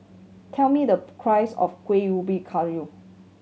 tell me the price of Kuih Ubi Kayu